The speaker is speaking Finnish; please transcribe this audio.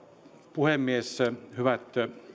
puhemies hyvät